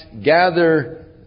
gather